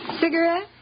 Cigarette